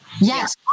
Yes